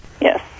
Yes